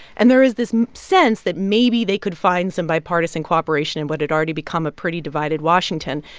and there is this sense that maybe they could find some bipartisan cooperation in what had already become a pretty divided washington.